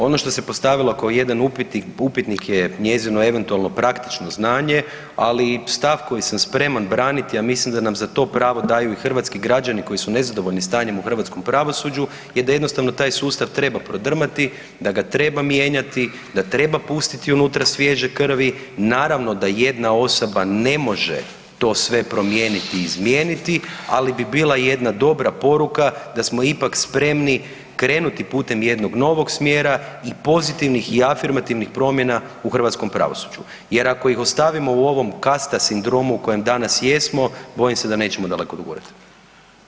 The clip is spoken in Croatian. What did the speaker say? Ono što se postavilo kao jedan upitnik je njezino eventualno praktično znanje, ali stav koji sam spreman braniti, a mislim da nam za to pravo daju i hrvatski građani koji su nezadovoljni stanjem u hrvatskom pravosuđu je da jednostavno taj sustav treba prodrmati, da ga treba mijenjati, da treba pustiti unutra svježe krvi, naravno da jedna osoba ne može to sve promijeniti i izmijeniti, ali bi bila jedna dobra poruka da smo ipak spremni krenuti putem jednog novog smjera i pozitivnih i afirmativnih promjena u hrvatskom pravosuđu jer ako ih ostavimo u ovom kasta sindromu u kojem danas jesmo bojim se da nećemo daleko dogurati.